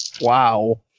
Wow